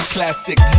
Classic